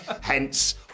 hence